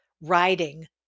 riding